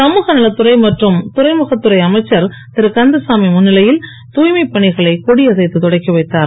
சமூக நலத்துறை மற்றும் துறைமுகத் துறை அமைச்சர் திருகந்தசாமி முன்னிலையில் தூய்மைப் பணிகளை கொடியசைத்து தொடக்கி வைத்தார்